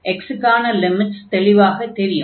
x க்கான limits தெளிவாகத் தெரியும்